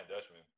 Dutchman